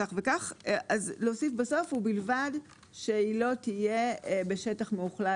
כך וכך אז להוסיף בסוף: ובלבד שהיא תהיה בשטח מאוכלס,